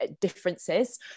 differences